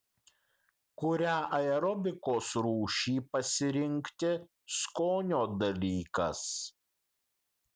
kurią aerobikos rūšį pasirinkti skonio dalykas